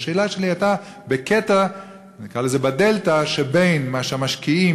השאלה שלי הייתה בדלתא שבין מה שהמשקיעים